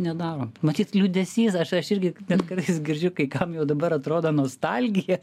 nedarom matyt liūdesys aš aš irgi net kartais girdžiu kai kam jau dabar atrodo nostalgija